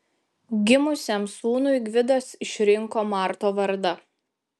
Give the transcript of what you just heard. gimusiam sūnui gvidas išrinko marto vardą